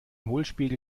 hohlspiegel